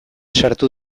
sartu